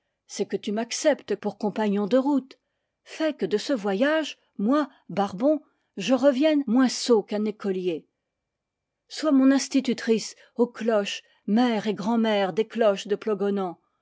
c'est que tu m'acceptes pour compagnon de route fais que de ce voyage moi barbon je revienne moins sot qu'un écolier sois mon institutrice ô cloche mère et grand'mère des cloches de